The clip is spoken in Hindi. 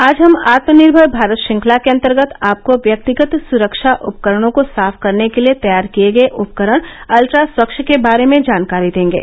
आज हम आत्मनिर्भर भारत श्रृंखला के अंतर्गत आपको व्यक्तिगत सुरक्षा उपकरणों को साफ करने के लिए तैयार किए गये उपकरण अल्ट्रा स्वच्छ के बारे में जानकारी देंगे